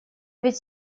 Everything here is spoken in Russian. ведь